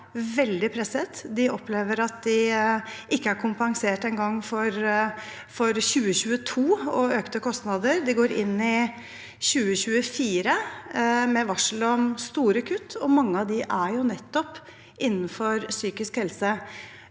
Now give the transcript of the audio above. veldig presset? De opplever at de ikke engang er kompensert for 2022 og økte kostnader. De går inn i 2024 med varsel om store kutt, og mange av dem er jo nettopp innenfor psy kisk helse.